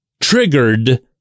triggered